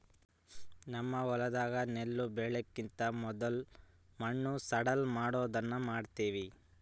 ನಮ್ಮ ಹೊಲದಾಗ ನೆಲ್ಲು ಬೆಳೆಕಿಂತ ಮೊದ್ಲು ಮಣ್ಣು ಸಡ್ಲಮಾಡೊದನ್ನ ಮಾಡ್ತವಿ